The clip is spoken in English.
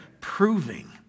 proving